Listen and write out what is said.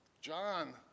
John